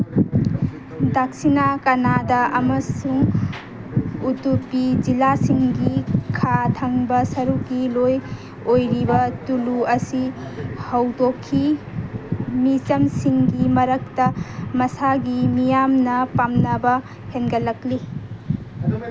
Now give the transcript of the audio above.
ꯗꯛꯁꯤꯅꯥ ꯀꯅꯥꯗꯥ ꯑꯃꯁꯨꯡ ꯎꯇꯨꯄꯤ ꯖꯤꯂꯥꯁꯤꯡꯒꯤ ꯈꯥ ꯊꯪꯕ ꯁꯔꯨꯛꯀꯤ ꯂꯣꯜ ꯑꯣꯏꯔꯤꯕ ꯇꯨꯂꯨ ꯑꯁꯤ ꯍꯧꯗꯣꯛꯈꯤ ꯃꯤꯆꯝꯁꯤꯡꯒꯤ ꯃꯔꯛꯇ ꯃꯁꯥꯒꯤ ꯃꯤꯌꯥꯝꯅ ꯄꯥꯝꯅꯕ ꯍꯦꯟꯒꯠꯂꯛꯂꯤ